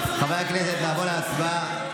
חברי הכנסת, נעבור להצבעה.